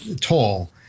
tall